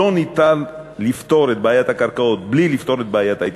לא ניתן לפתור את בעיית הקרקעות בלי לפתור את בעיית ההתיישבות,